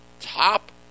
top